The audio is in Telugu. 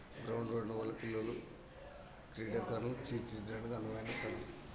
గ్రౌండ్లు ఉండడం వల్ల పిల్లలు క్రీడాకారులను తీర్చిదిద్దడానికి అనువైన స్థలం